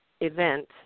event